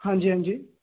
ਹਾਂਜੀ ਹਾਂਜੀ